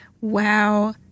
Wow